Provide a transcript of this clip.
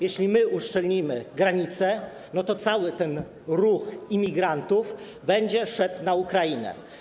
Jeśli my uszczelnimy granicę, to cały ruch imigrantów będzie szedł na Ukrainę.